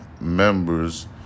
members